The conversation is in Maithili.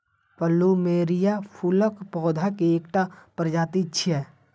प्लुमेरिया फूलक पौधा के एकटा प्रजाति छियै